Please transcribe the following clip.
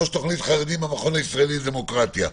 ראש תוכנית חרדים במכון הישראלי לדמוקרטיה,